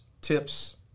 tips